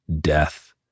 death